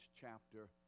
chapter